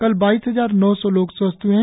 कल बाइस हजार नौ सौ लोग स्वस्थ हए है